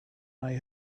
they